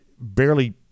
barely